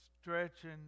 stretching